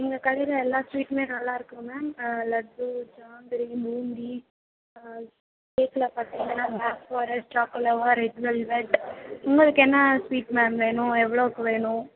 எங்கள் கடையில் எல்லா ஸ்வீட்டுமே நல்லா இருக்கும் மேம் லட்டு ஜாங்கிரி பூந்தி கேக்கில் பார்த்திங்கன்னா black forest choco lover red velvet உங்களுக்கு என்ன ஸ்வீட் மேம் வேணும் எவ்வளோக்கு வேணும்